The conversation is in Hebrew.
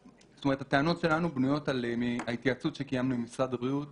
הטענות שלנו בנויות מהתייעצות שקיימנו עם משרד הבריאות